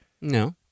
No